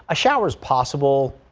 ah showers possible.